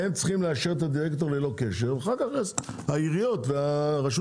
הם צריכים לאשר את הדירקטור ללא קשר ואחר כך העיריות ורשות